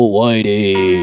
Whitey